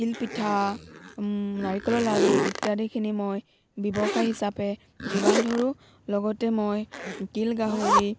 তিল পিঠা নাৰিকলৰ লাড়ু ইত্যাদিখিনি মই ব্যৱসায় হিচাপে যোগান ধৰোঁ লগতে মই তিল গাহৰি